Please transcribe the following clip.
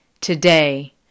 Today